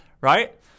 right